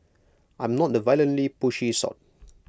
I'm not the violently pushy sort